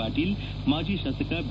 ಪಾಟೀಲ್ ಮಾಜಿ ಶಾಸಕ ಬಿ